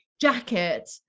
jacket